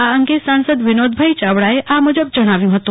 આ અગે સાંસદ વિનોદભાઈ ચાવડાએ આ મુજબ જણાવ્યું હતું